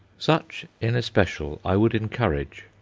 such in especial i would encourage.